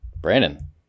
Brandon